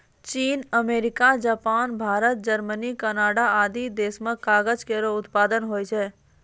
चीन, America, Japan, Bharat, Germany, Canada आदि देस म कागज केरो उत्पादन होय छै